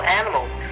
animals